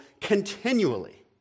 continually